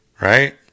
Right